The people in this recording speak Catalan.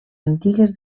antigues